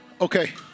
Okay